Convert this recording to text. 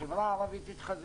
החברה הערבית תתחזק,